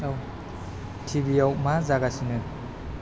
T V आव मा जागासिनो